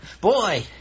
Boy